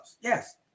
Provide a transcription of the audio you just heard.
Yes